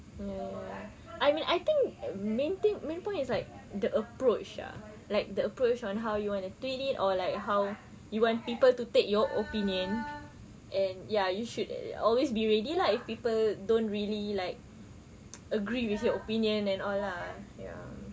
ya ya ya I mean I think main thing main point is like the approach ah like the approach on how you want wanna tweet it or like how you want people to take your opinion and ya you should always be ready lah if people don't really like agree with your opinion and all lah ya